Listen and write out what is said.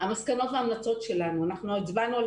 המסקנות וההמלצות שלנו: אנחנו הצבענו על